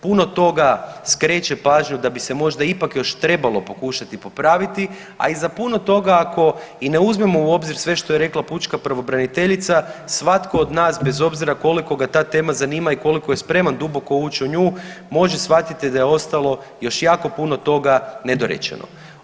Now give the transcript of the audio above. Puno toga skreće pažnju da bi se možda ipak još trebalo pokušati popraviti, a i za puno toga ako ne uzmemo u obzir sve što je rekla pučka pravobraniteljica svatko od nas bez obzira koliko ga ta tema zanima i koliko je spreman duboko ući u nju može shvatiti da je ostalo još jako puno toga nedorečeno.